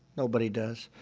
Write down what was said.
nobody does.